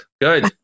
good